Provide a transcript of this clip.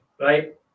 Right